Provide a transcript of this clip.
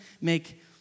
make